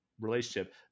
relationship